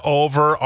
over